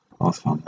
Awesome